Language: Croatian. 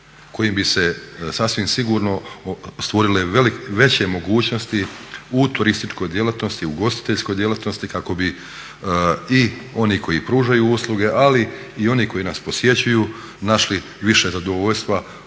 kojim bi se sasvim sigurno stvorile veće mogućnosti u turističkoj djelatnosti, u ugostiteljskoj djelatnosti kako bi i oni koji pružaju usluge ali i oni koji nas posjećuju našli više zadovoljstva